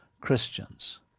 Christians